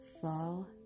fall